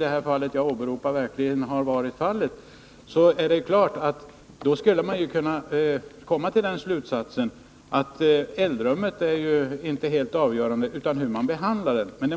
jag framhållit har detta förekommit — när eldrummet inte är helt avgörande, utan effekten beror på hur man behandlar pannan.